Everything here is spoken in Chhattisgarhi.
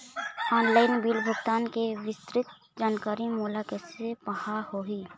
ऑनलाइन बिल भुगतान के विस्तृत जानकारी मोला कैसे पाहां होही?